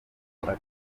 ateye